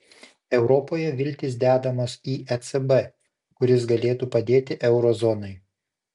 europoje viltys dedamos į ecb kuris galėtų padėti euro zonai